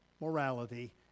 morality